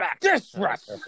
disrespect